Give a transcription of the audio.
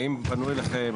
האם פנו אליכם?